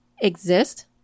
exist